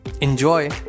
Enjoy